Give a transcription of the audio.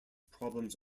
problems